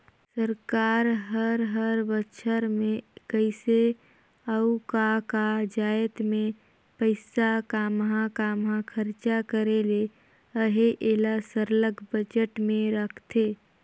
सरकार हर हर बछर में कइसे अउ का का जाएत में पइसा काम्हां काम्हां खरचा करे ले अहे एला सरलग बजट में रखथे